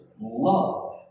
love